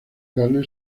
carne